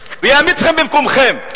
ויעמיד אתכם במקומכם.